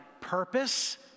purpose—